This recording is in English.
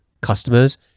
customers